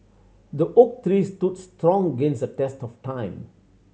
the oak tree stood strong against the test of time